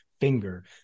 Finger